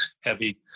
heavy